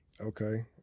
Okay